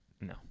No